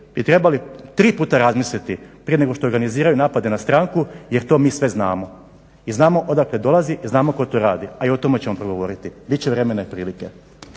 bi trebali tri puta razmisliti prije nego što organiziraju napade na stranku, jer to mi sve znamo i znamo odakle dolazi i znamo tko to radi, a i o tome ćemo progovoriti. Bit će vremena i prilike.